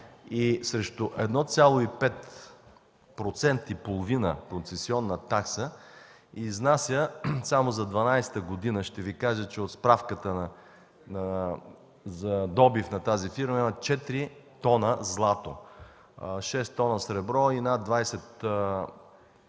и срещу 1,5% концесионна такса изнася, само за 2012 г. ще Ви кажа, че от справката за добив на тази фирма има над 4 тона злато, 6 тона сребро и над 20